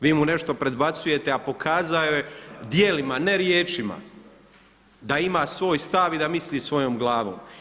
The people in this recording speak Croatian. Vi mu nešto predbacujete a pokazao je djelima ne riječima da ima svoj stav i da misli svojom glavom.